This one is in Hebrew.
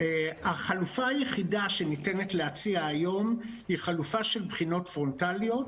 החלופה היחידה שניתנת להציע היום היא חלופה של בחינות פרונטליות.